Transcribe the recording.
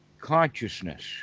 consciousness